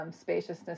spaciousness